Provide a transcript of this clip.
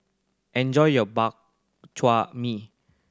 enjoy your Bak Chor Mee